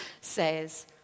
says